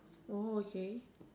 orh okay